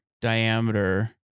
diameter